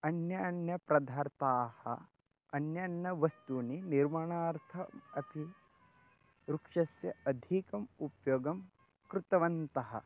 अन्य अन्य प्रदार्थाः अन्य अन्य वस्तूनि निर्माणार्थम् अपि वृक्षस्य अधिकम् उपयोगं कृतवन्तः